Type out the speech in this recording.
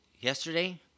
yesterday